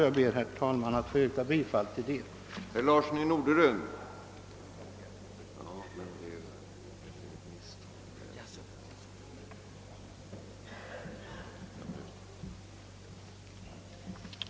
Jag ber alliså att få yrka bifall till utskottets hemställan.